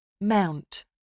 Mount